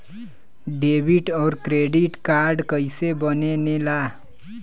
Debit और credit card कईसे बने ने ला?